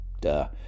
duh